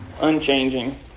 unchanging